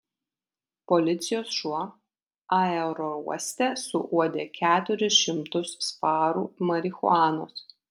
policijos šuo aerouoste suuodė keturis šimtus svarų marihuanos